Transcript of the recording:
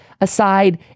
aside